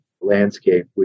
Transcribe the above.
landscape